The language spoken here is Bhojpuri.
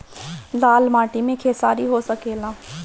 लाल माटी मे खेसारी हो सकेला?